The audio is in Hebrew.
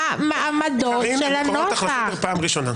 מה מעמדו של הנוסח?